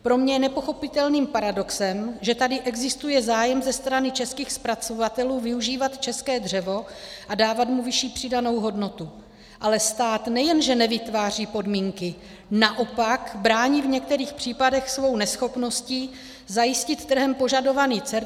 Pro mě je nepochopitelným paradoxem, že tady existuje zájem ze strany českých zpracovatelů využívat české dřevo a dávat mu vyšší přidanou hodnotu, ale stát nejenže nevytváří podmínky, naopak brání v některých případech svou neschopností zajistit trhem požadovaný certifikát FSC.